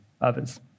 others